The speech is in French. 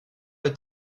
est